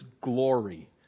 glory